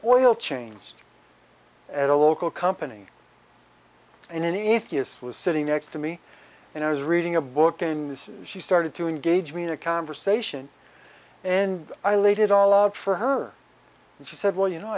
oil changed at a local company and any atheist was sitting next to me and i was reading a book in she started to engage me in a conversation and i laid it all out for her and she said well you know